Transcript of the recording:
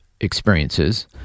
experiences